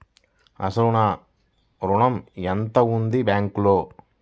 అసలు నా ఋణం ఎంతవుంది బ్యాంక్లో?